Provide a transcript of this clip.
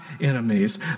enemies